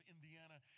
Indiana